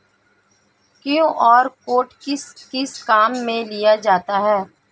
QR code किस किस काम में लिया जाता है?